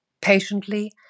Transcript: patiently